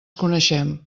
coneixem